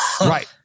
Right